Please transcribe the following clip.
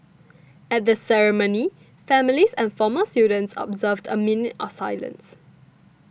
at the ceremony families and former students observed a minute of silence